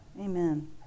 Amen